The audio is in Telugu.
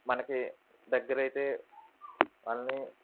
మనకి దగ్గరైతే అన్నీ